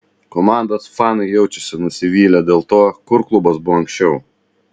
komandos fanai jaučiasi nusivylę dėl to kur klubas buvo anksčiau